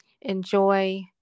enjoy